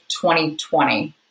2020